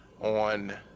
on